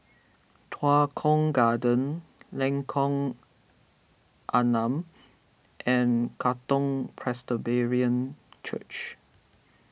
Tua Kong Garden Lengkok Enam and Katong Church